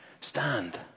Stand